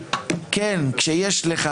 כן שיש לך,